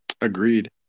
Agreed